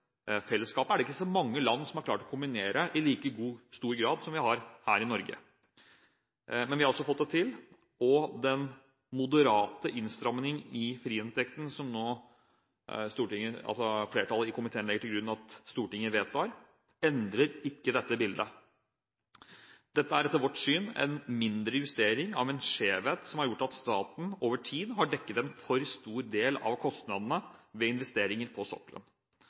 fellesskapet – er det er ikke så mange land som har klart å kombinere i like stor grad som vi har her i Norge. Men vi har altså fått det til, og den moderate innstrammingen i friinntekten, som flertallet i komiteen legger til grunn at Stortinget vedtar, endrer ikke dette bildet. Dette er etter vårt syn en mindre justering av en skjevhet som har gjort at staten over tid har dekket en for stor del av kostnadene ved investeringer på sokkelen.